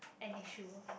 an issue